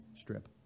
strip